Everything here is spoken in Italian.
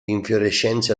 infiorescenze